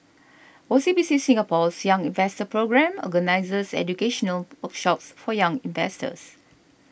O C B C Singapore's Young Invest Programme organizes educational workshops for young investors